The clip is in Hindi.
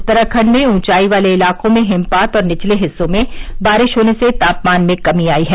उत्तराखंड में ऊंचाई वाले इलाकों में हिमपात और निचले हिस्सों में बारिश होने से तापमान में कमी आई है